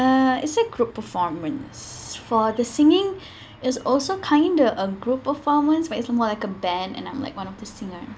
uh it's a group performance for the singing it was also kind of a group performance but it's more like a band and I'm like one of the singer